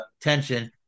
tension